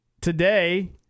today